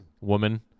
woman